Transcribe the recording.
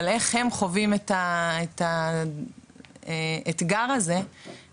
אבל, איך הם חווים את האתגר הזה שבשביל